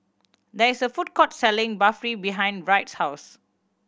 there is a food court selling Barfi behind Wright's house